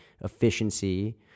efficiency